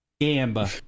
Gamba